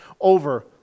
over